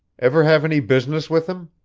ever have any business with him?